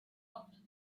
oft